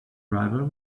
driver